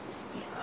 how old are you